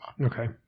Okay